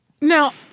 Now